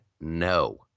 no